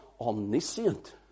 omniscient